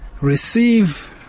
receive